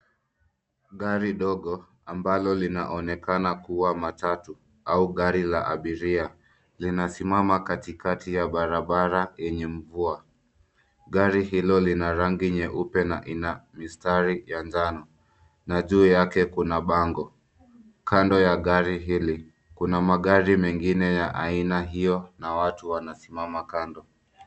Gari dogo ambalo linaonekana kuwa matatu au gari la abiria linasimama katikati ya barabara yenye mvua ,gari hilo lina rangi nyeupe na ina mistari ya njano na juu yake kuna bango, kando ya gari hili kuna magari mengine ya aina hiyo na watu wanasimama kando.